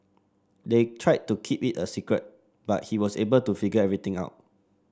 they tried to keep it a secret but he was able to figure everything out